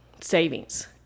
savings